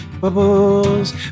Bubbles